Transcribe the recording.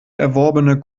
erworbene